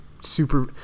super